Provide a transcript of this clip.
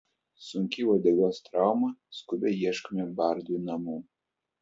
sunki uodegos trauma skubiai ieškome bardui namų